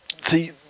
See